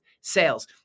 sales